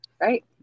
Right